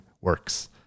works